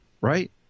right